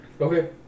Okay